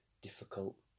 difficult